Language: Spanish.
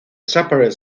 superior